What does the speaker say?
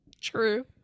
True